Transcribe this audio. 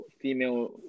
female